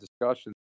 discussions